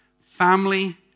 Family